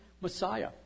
Messiah